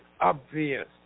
obvious